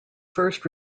first